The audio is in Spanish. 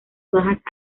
bajas